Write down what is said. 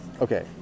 Okay